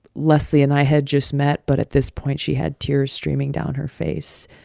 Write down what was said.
leslie and i had just met, but at this point, she had tears streaming down her face,